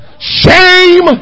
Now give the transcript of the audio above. shame